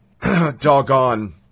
doggone